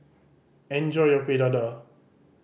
enjoy your Kuih Dadar